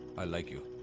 i like you.